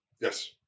Yes